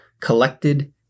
collected